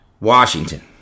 Washington